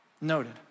Noted